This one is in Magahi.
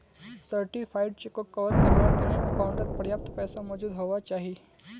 सर्टिफाइड चेकोक कवर कारवार तने अकाउंटओत पर्याप्त पैसा मौजूद हुवा चाहि